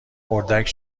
اردک